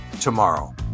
tomorrow